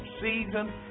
season